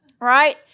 Right